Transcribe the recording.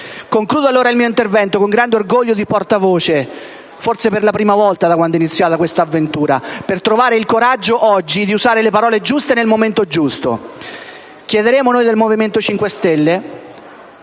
Concludo allora il mio intervento con grande orgoglio di portavoce - forse per la prima volta da quando è iniziata questa avventura - per trovare oggi il coraggio di usare le parole giuste nel momento giusto. Noi del Movimento 5 Stelle